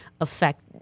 affect